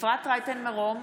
אפרת רייטן מרום,